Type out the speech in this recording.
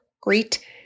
great